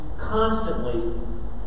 constantly